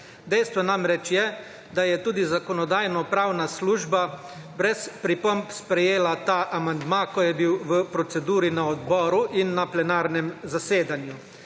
Dejstvo namreč je, da je tudi Zakonodajno-pravna služba brez pripomb sprejela ta amandma, ko je bil v proceduri na odboru in na plenarnem zasedanju.